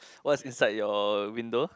what's inside your window